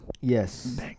Yes